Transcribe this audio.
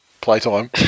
playtime